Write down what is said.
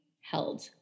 held